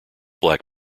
black